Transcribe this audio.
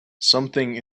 something